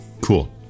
Cool